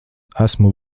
esmu